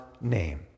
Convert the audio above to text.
name